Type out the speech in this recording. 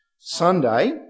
Sunday